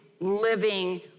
living